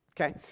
okay